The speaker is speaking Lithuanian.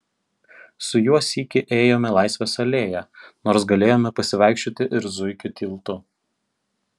su juo sykį ėjome laisvės alėja nors galėjome pasivaikščioti ir zuikių tiltu